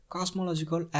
Cosmological